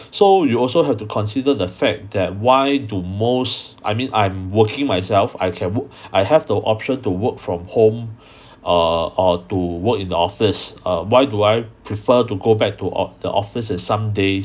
so you also have to consider the fact that why do most I mean I'm working myself I can work I have the option to work from home err or to work in the office uh why do I prefer to go back to the office in some days